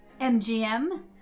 MGM